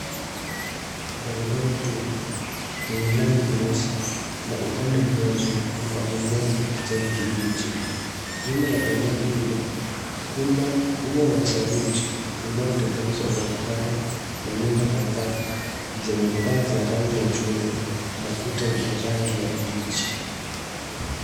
Barabara tupu. yenye lami nyeusi, na upande mmoja, una eneo la kijani kibichi. Nyuma ya eneo hilo, kuna ua wa saruji, unaotenganisha barabara, na nyumba kadhaa, zenye paa za rangi ya chungwa, na kuta za rangi ya peach .